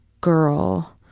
girl